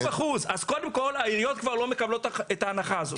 קודם כול, העיריות כבר לא מקבלות את ההנחה הזאת.